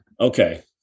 okay